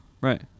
right